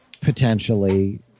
potentially